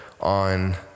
on